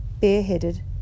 bareheaded